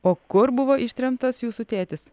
o kur buvo ištremtas jūsų tėtis